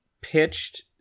pitched